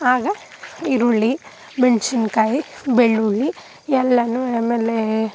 ಆಗ ಈರುಳ್ಳಿ ಮೆಣಸಿನ್ಕಾಯಿ ಬೆಳ್ಳುಳ್ಳಿ ಎಲ್ಲನೂ ಆಮೇಲೆ